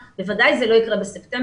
בוודאי זה לא יקרה בספטמבר,